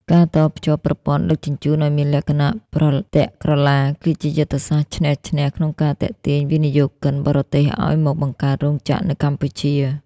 ការតភ្ជាប់ប្រព័ន្ធដឹកជញ្ជូនឱ្យមានលក្ខណៈប្រទាក់ក្រឡា គឺជាយុទ្ធសាស្ត្រឈ្នះ-ឈ្នះ ក្នុងការទាក់ទាញវិនិយោគិនបរទេសឱ្យមកបង្កើតរោងចក្រនៅកម្ពុជា។